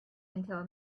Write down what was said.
until